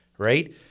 right